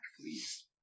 please